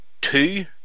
two